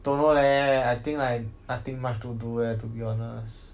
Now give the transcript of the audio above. don't know leh I think like nothing much to do leh to be honest